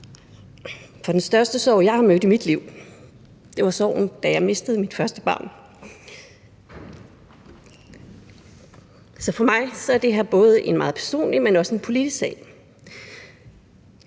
for den største sorg, jeg har mødt i mit liv, var sorgen, da jeg mistede mit første barn. Så for mig er det her både en meget personlig, men også en politisk sag.